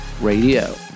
radio